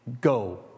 go